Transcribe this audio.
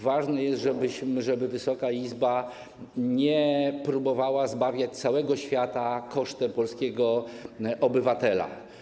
Ważne jest, żeby Wysoka Izba nie próbowała zbawiać całego świata kosztem polskiego obywatela.